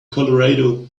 colorado